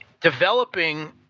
developing